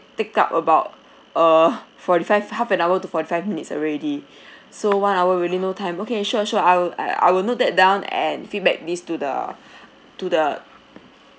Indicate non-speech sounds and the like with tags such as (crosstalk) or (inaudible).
take up about err forty five half an hour to forty five minutes already so one hour really no time okay sure sure I will I will note that down and feedback these to the (breath) to the